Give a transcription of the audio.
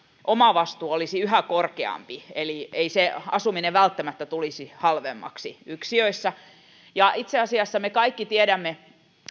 omavastuu olisi yhä korkeampi eli ei se asuminen välttämättä tulisi halvemmaksi yksiöissä itse asiassa me kaikki tiedämme